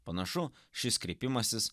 panašu šis kreipimasis